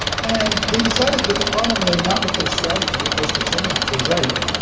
and they decided that the problem lay not with their strategy of course, the generals were right